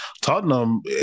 Tottenham